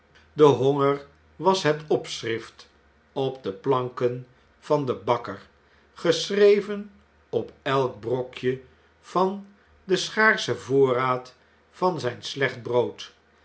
de honger was het opschrift op de planken van den bakker geschreven op elk brokje van den schaarschen voorraad van zjjn slecht brood